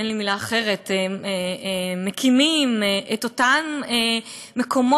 אין לי מילה אחרת מקימים את אותם מקומות,